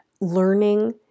learning